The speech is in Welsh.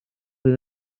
fydd